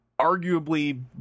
arguably